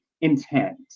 intent